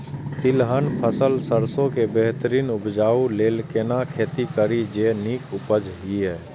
तिलहन फसल सरसों के बेहतरीन उपजाऊ लेल केना खेती करी जे नीक उपज हिय?